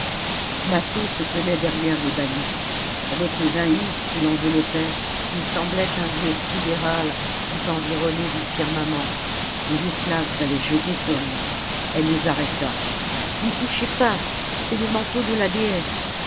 mâtho se tenait derrière les balustres avec le zaïmph qui l'enveloppait il semblait un dieu sidéral tout environné du firmament les esclaves s'allaient jeter sur lui elle les arrêta n'y touchez pas c'est le manteau de la déesse